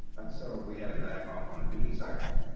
and so we had to back off on the duty cycle.